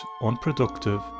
unproductive